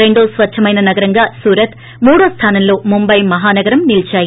రెండో స్వచ్చమైన నగరంగా సూరత్ మూడో స్థానంలో ముంబై మహా నగరం నిలీచాయి